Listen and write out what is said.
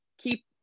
keep